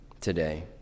today